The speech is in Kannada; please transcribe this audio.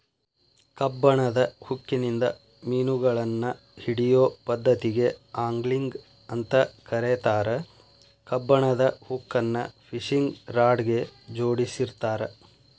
ಕಬ್ಬಣದ ಹುಕ್ಕಿನಿಂದ ಮಿನುಗಳನ್ನ ಹಿಡಿಯೋ ಪದ್ದತಿಗೆ ಆಂಗ್ಲಿಂಗ್ ಅಂತ ಕರೇತಾರ, ಕಬ್ಬಣದ ಹುಕ್ಕನ್ನ ಫಿಶಿಂಗ್ ರಾಡ್ ಗೆ ಜೋಡಿಸಿರ್ತಾರ